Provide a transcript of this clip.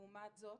לעומת זה,